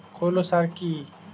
খৈল সার কি?